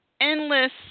endless